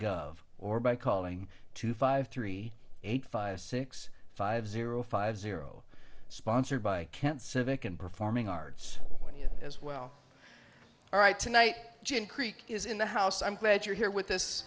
gov or by calling two five three eight five six five zero five zero sponsored by can civic and performing arts when you as well all right tonight jim creek is in the house i'm glad you're here with this